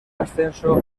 ascenso